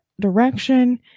direction